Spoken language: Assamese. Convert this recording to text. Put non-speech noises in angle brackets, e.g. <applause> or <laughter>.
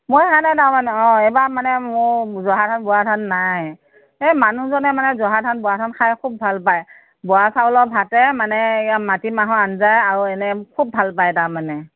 মই <unintelligible> অ এইবাৰ মানে মোৰ জহা ধান বৰা ধান নাই এই মানুহজনে মানে জহা ধান বৰা ধান খাই খুব ভাল পায় বৰা চাউলৰ ভাতে মানে মাটিমাহৰ আঞ্জাই আৰু এনে খুব ভাল পায় তাৰমানে